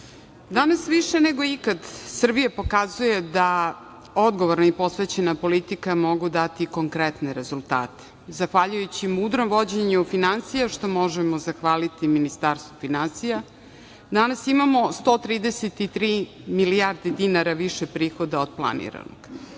više nego ikad Srbija pokazuje da odgovorna i posvećena politika mogu dati konkretne rezultate. Zahvaljujući mudrom vođenju finansija, što možemo zahvaliti Ministarstvu finansija, danas imamo 133 milijarde dinara više prihoda od planiranog. Ovo